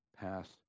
pass